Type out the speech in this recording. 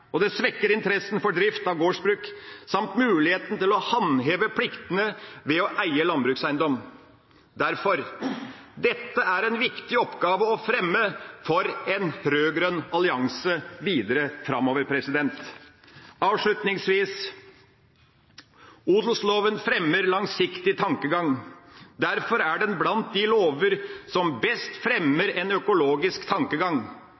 og det svekker interessen for drift av gårdsbruk samt muligheten til å håndheve pliktene ved å eie landbrukseiendom. Derfor: Dette er en viktig oppgave å fremme for en rød-grønn allianse videre framover. Avslutningsvis: Odelsloven fremmer langsiktig tankegang. Derfor er den blant de lover som best fremmer en økologisk tankegang.